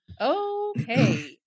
Okay